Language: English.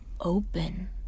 open